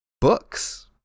books